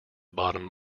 bottom